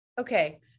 Okay